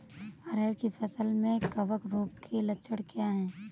अरहर की फसल में कवक रोग के लक्षण क्या है?